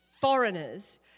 foreigners